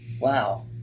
Wow